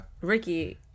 ricky